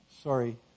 Sorry